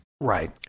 Right